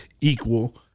equal